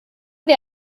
wir